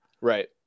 Right